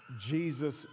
Jesus